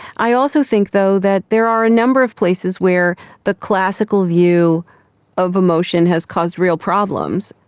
i also think though that there are a number of places where the classical view of emotion has caused real problems.